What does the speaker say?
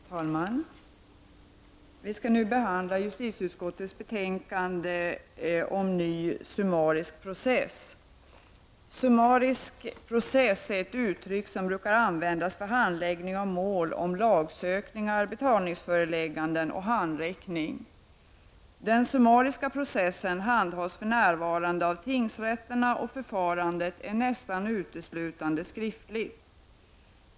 Herr talman! Vi skall nu behandla justitieutskottets betänkande om ny summarisk process. Summarisk process är ett uttryck som brukar användas för handläggning av mål om lagsökningar, betalningsförelägganden och handräckning. Den summariska processen handhas för närvarande av tingsrätterna och förfarandet är nästan uteslutande skriftligt.